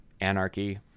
anarchy